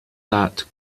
that